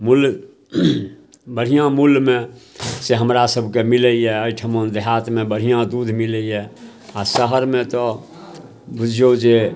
मूल बढ़िआँ मूलमे से हमरासभके मिलैए एहिठाम देहातमे बढ़िआँ दूध मिलैए आओर शहरमे तऽ बुझिऔ जे